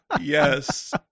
yes